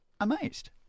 amazed